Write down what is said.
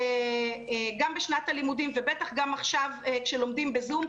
גם בשנת הלימודים ובטח גם עכשיו כשלומדים בזום,